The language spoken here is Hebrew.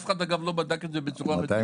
אף אחד אגב לא בדק את זה בצורה רצינית.